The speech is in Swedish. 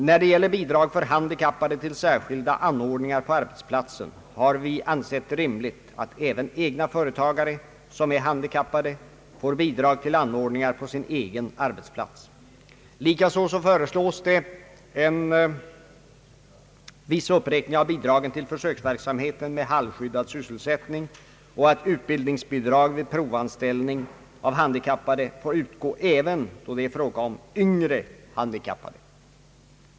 När det gäller bidrag för handikappade till särskilda anordningar på arbetsplatsen har vi ansett det rimligt att även egna företagare som är handikappade får bidrag till anordningar på sin egen arbetsplats. Likaså föreslås en viss uppräkning av bidragen till försöksverksamheten med halvskyddad sysselsättning och att utbildningsbidrag vid provanställning av handikappade får utgå även då det är fråga om yngre handikappade.